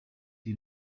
die